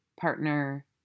partner